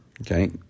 okay